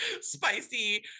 spicy